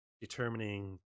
determining